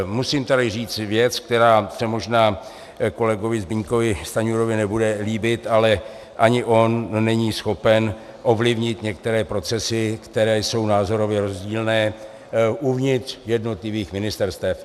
Musím tady říci věc, která se možná kolegovi Zbyňkovi Stanjurovi nebude líbit, ale ani on není schopen ovlivnit některé procesy, které jsou názorově rozdílné uvnitř jednotlivých ministerstev.